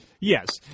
Yes